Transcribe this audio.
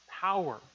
power